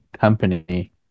company